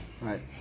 right